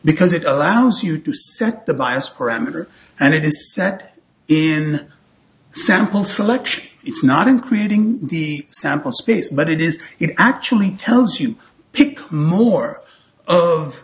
because it allows you to set the bias parameter and it is set in sample selection it's not in creating the sample space but it is actually tells you pick more of